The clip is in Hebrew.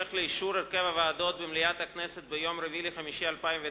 בהמשך לאישור הרכב הוועדות במליאת הכנסת ביום 4 במאי 2009,